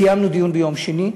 קיימנו דיון ביום שני,